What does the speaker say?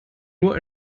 nur